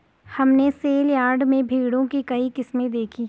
हमने सेलयार्ड में भेड़ों की कई किस्में देखीं